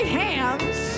hands